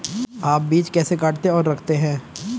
आप बीज कैसे काटते और रखते हैं?